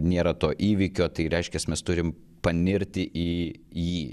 nėra to įvykio tai reiškias mes turim panirti į jį